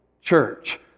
church